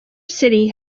city